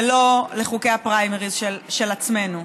ולא לחוקי הפריימריז של עצמנו.